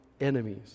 enemies